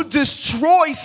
destroy